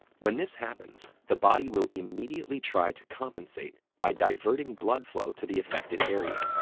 when this happens, the body will immediately try to compensate by diverting blood flow to the affected area,